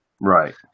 right